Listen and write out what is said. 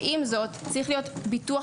ועם זאת צריך להיות ביטוח,